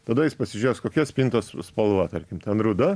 tada jis pasižiūrės kokia spintos spalva tarkim ten ruda